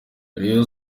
rayon